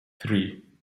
three